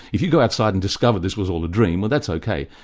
if you go outside and discover this was all a dream, well that's ok,